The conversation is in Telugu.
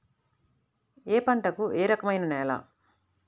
ఏ పంటకు ఏ రకమైన నేల?